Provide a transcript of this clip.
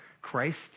Christ